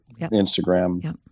Instagram